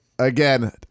Again